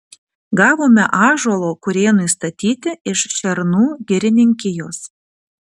gavome ąžuolo kurėnui statyti iš šernų girininkijos